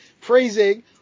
praising